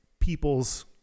people's